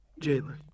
Jalen